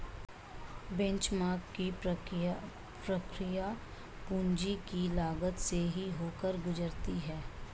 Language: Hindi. बेंचमार्क की प्रक्रिया पूंजी की लागत से ही होकर गुजरती है